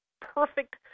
perfect